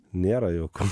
nėra jauku